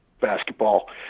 basketball